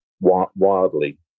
wildly